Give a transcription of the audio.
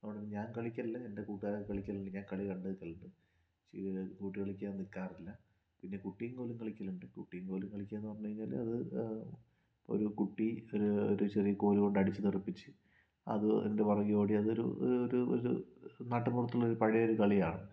അതുകൊണ്ട് ഞാൻ കളിക്കൽ ഇല്ല എൻ്റെ കൂട്ടുകാരൊക്കെ കളിക്കലുണ്ട് ഞാൻ കളി കണ്ട് നിക്കലുണ്ട് പക്ഷെ ഇത് ഞാൻ ഗോട്ടി കളിക്കാൻ നിക്കാറില്ല പിന്നെ കുട്ടിയും കോലും കളിക്കലുണ്ട് കുട്ടിയും കോലും കളിക്കലെന്ന് പറഞ്ഞാൽ അത് ഒരു കുട്ടി ഒരു ചെറിയ കോലുകൊണ്ട് അടിച്ച് തെറിപ്പിച്ച് അത് അതിൻ്റെ പുറകെ ഓടി അതൊരു ഒരു നാട്ടുമ്പുറത്തുള്ള പഴെയൊരു കളിയാണ്